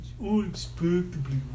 unexpectedly